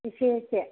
एसे एसे